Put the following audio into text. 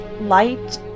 light